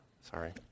Sorry